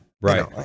Right